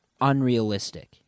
unrealistic